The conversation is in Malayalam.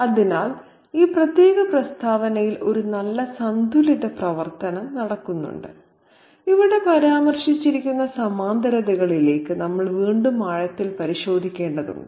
അതിനാൽ ഈ പ്രത്യേക പ്രസ്താവനയിൽ ഒരു നല്ല സന്തുലിത പ്രവർത്തനം നടക്കുന്നുണ്ട് ഇവിടെ പരാമർശിച്ചിരിക്കുന്ന സമാന്തരതകളിലേക്ക് നമ്മൾ വീണ്ടും ആഴത്തിൽ പരിശോധിക്കേണ്ടതുണ്ട്